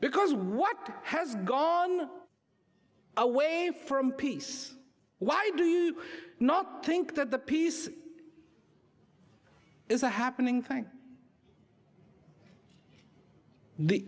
because what has gone away from peace why do you not think that the peace is a happening thank the